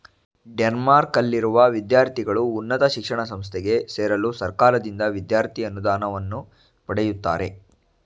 ಡೆನ್ಮಾರ್ಕ್ನಲ್ಲಿರುವ ವಿದ್ಯಾರ್ಥಿಗಳು ಉನ್ನತ ಶಿಕ್ಷಣ ಸಂಸ್ಥೆಗೆ ಸೇರಲು ಸರ್ಕಾರದಿಂದ ವಿದ್ಯಾರ್ಥಿ ಅನುದಾನವನ್ನ ಪಡೆಯುತ್ತಾರೆ